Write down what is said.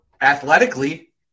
athletically